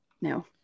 no